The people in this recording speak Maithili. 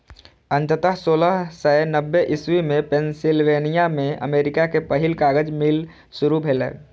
अंततः सोलह सय नब्बे इस्वी मे पेंसिलवेनिया मे अमेरिका के पहिल कागज मिल शुरू भेलै